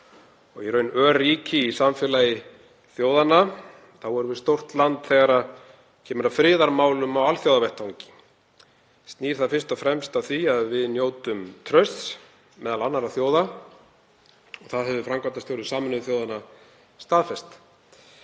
og í raun örríki í samfélagi þjóðanna erum við stórt land þegar kemur að friðarmálum á alþjóðavettvangi. Snýr það fyrst og fremst að því að við njótum trausts meðal annarra þjóða. Það hefur framkvæmdastjóri Sameinuðu þjóðanna staðfest.